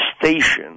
station